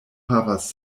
havas